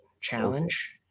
challenge